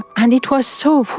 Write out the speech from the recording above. and it was so